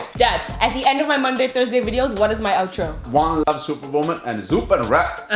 dad, at the end of my monday, thursday videos what is my outro? one love superwoman and zoop a wrap!